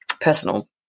personal